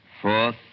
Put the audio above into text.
Fourth